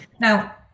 Now